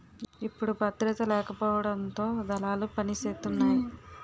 ఇప్పుడు భద్రత లేకపోవడంతో దళాలు పనిసేతున్నాయి